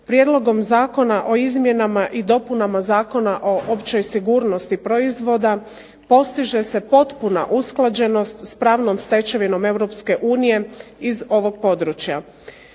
Prijedlogom Zakona o izmjenama i dopunama Zakona o općoj sigurnosti proizvoda postiže se potpuna usklađenost s pravnom stečevinom Europske unije iz ovog područja.